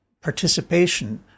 participation